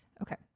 Okay